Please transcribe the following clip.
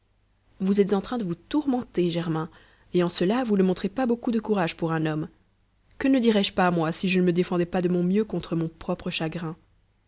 vous êtes en train de vous tourmenter germain et en cela vous ne montrez pas beaucoup de courage pour un homme que ne dirais-je pas moi si je ne me défendais pas de mon mieux contre mon propre chagrin